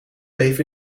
bleef